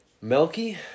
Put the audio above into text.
Melky